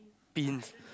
pins